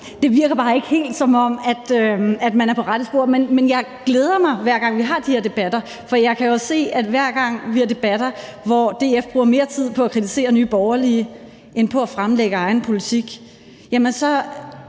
Det virker bare ikke helt, som om man er på rette spor. Men jeg glæder mig, hver gang vi har de her debatter, for jeg kan jo se, at hver gang vi har debatter, hvor DF bruger mere tid på at kritisere Nye Borgerlige end på at fremlægge egen politik, er der